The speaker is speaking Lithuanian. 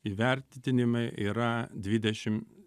įvertinimai yra dvidešim